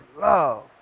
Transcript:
love